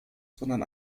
sondern